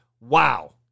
wow